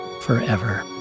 forever